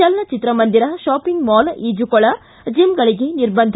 ಜಲನಚಿತ್ರ ಮಂದಿರ shopping mall ಈಜುಕೊಳ ಜೀಮ್ಗಳಿಗೆ ನಿರ್ಬಂಧ